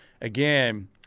again